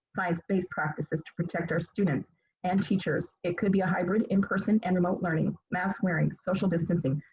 science based practices to protect our students and teachers. it could be a hybrid, in person, and remote learning, mask wearing, social distancing,